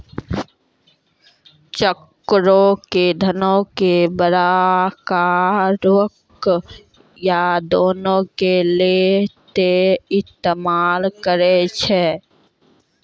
चेको के धन के बड़का रकम या दानो के लेली सेहो इस्तेमाल करै छै